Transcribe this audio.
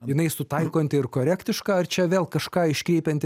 jinai sutaikanti ir korektiška ar čia vėl kažką iškreipianti